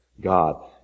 God